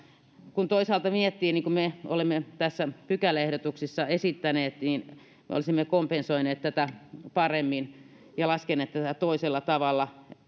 kun toisaalta miettii niin kuin me olemme näissä pykäläehdotuksissa esittäneet niin me olisimme kompensoineet tätä paremmin ja laskeneet tätä toisella tavalla